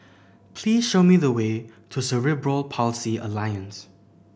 please show me the way to Cerebral Palsy Alliance